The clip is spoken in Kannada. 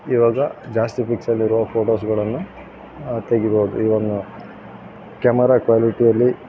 ಇವಾಗ ಜಾಸ್ತಿ ಪಿಕ್ಸಲ್ ಇರೋ ಫೋಟೋಸ್ಗಳನ್ನು ತೆಗೀಬೌದು ಈವನ್ನ ಕ್ಯಾಮರಾ ಕ್ವಾಲಿಟಿಯಲ್ಲಿ